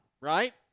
right